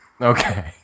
Okay